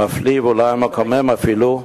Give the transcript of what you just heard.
המפליא, ואולי המקומם אפילו,